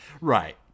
Right